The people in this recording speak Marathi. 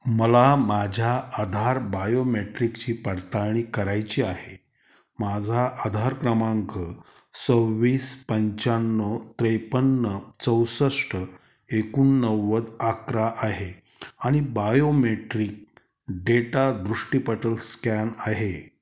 मला माझ्या आधार बायोमेट्रिकची पडताळणी करायची आहे माझा आधार क्रमांक सव्वीस पंच्याण्णव त्रेपन्न चौसष्ट एकोणनव्वद अकरा आहे आणि बायोमेट्रिक डेटा दृष्टीपटल स्कॅन आहे